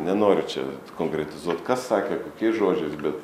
nenoriu čia konkretizuot kas sakė kokiais žodžiais bet